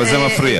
אבל זה מפריע.